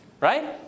right